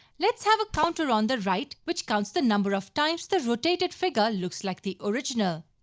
let's have a counter on the right which counts the number of times the rotated figure looks like the original.